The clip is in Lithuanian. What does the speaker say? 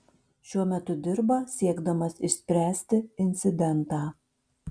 šiuo metu dirba siekdamas išspręsti incidentą